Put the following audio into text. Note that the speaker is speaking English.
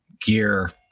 gear